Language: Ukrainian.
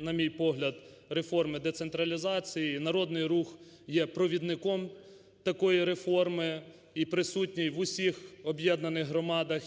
на мій погляд, реформи децентралізації. "Народний Рух" є провідником такої реформи і присутній в усіх об'єднаних громадах,